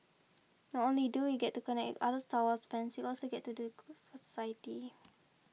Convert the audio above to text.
not only do we get to connect other Star Wars fans we also get to do good for society